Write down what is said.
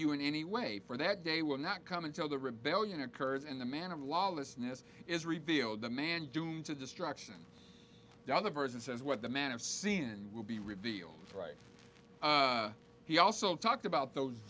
you in any way for that day will not come until the rebellion occurs and the man of lawlessness is revealed the man doomed to destruction the other person says what the man of sin will be revealed right he also talked about those